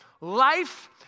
Life